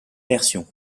version